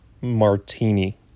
martini